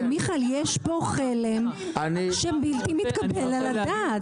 יש פה חלם בלתי מתקבל על הדעת.